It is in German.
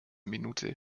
minute